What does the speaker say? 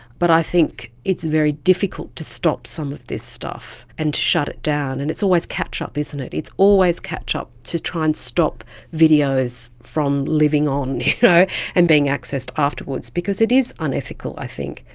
but i think it's very difficult to stop some of this stuff and to shut it down, and it's always catch-up, isn't it, it's always catch-up to try and stop videos from living on and being accessed afterwards. because it is unethical, i think,